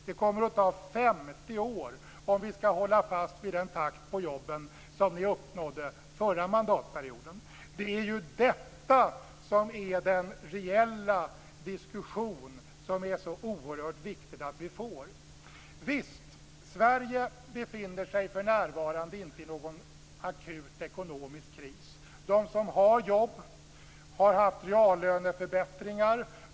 Det kommer att ta 50 år om vi skall hålla fast vid den takt på jobben som ni uppnådde under den förra mandatperioden. Det är ju detta som är den reella diskussion som det är så oerhört viktigt att vi får. Visst, Sverige befinner sig för närvarande inte i någon akut ekonomisk kris. De som har jobb har fått reallöneförbättringar.